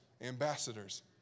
ambassadors